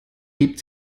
hebt